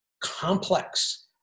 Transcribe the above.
complex